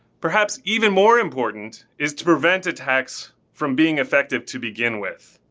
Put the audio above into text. perhaps even more important, is to prevent attacks from being effective to begin with.